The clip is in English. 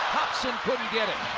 hobson couldn't get it.